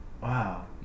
Wow